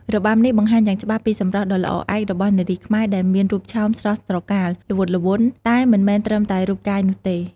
របាំនេះបង្ហាញយ៉ាងច្បាស់ពីសម្រស់ដ៏ល្អឯករបស់នារីខ្មែរ ដែលមានរូបឆោមស្រស់ត្រកាល ល្វត់ល្វន់ តែមិនមែនត្រឹមតែរូបកាយនោះទេ។